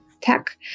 tech